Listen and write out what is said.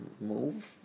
Move